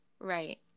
Right